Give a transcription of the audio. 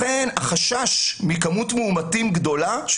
לכן החשש של משרד הבריאות ממספר מאומתים גדול הוא